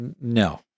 No